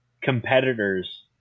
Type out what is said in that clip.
competitors